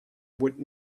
would